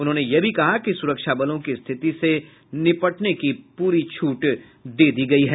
उन्होंने यह भी कहा कि सुरक्षा बलों को स्थिति से निपटने की पूरी छूट दी गई है